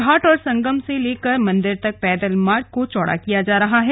घाट और संगम से लेकर मंदिर तक पैदल मार्ग को चौड़ा किया जा रहा है